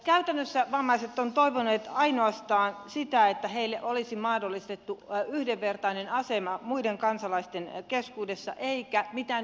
käytännössä vammaiset ovat toivoneet ainoastaan sitä että heille olisi mahdollistettu yhdenvertainen asema muiden kansalaisten keskuudessa eikä mitään ylimääräistä